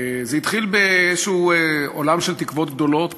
זה התחיל באיזה עולם של תקוות גדולות